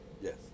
yes